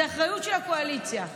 זו אחריות של הקואליציה.